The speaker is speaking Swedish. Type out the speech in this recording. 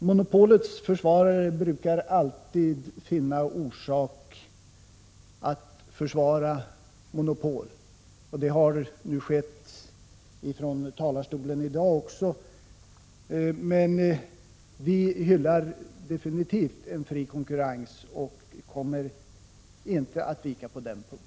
Monopolets försvarare brukar alltid finna motiv för sitt försvar, och det har också skett här i dag. För vår del hyllar vi absolut fri konkurrens och kommer inte att vika på den punkten.